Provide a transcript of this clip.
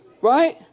Right